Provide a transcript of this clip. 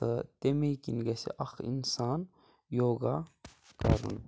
تہٕ تمے کِنۍ گَژھِ اَکھکھ اِنسان یوگا کَرُن